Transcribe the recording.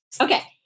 Okay